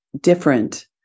different